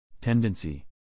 Tendency